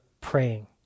praying